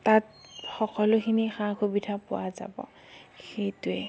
তাত সকলোখিনি সা সুবিধা পোৱা যাব সেইটোৱেই